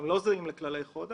לא זהים לכללי חודק,